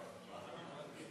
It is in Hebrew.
חברי חברי